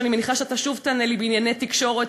שאני מניחה שאתה שוב תענה לי בענייני תקשורת,